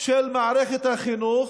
של מערכת החינוך,